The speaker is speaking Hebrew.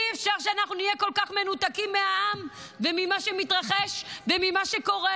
אי-אפשר שאנחנו נהיה כל כך מנותקים מהעם וממה שמתרחש וממה שקורה,